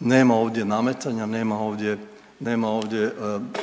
nema ovdje nametanja, nema ovdje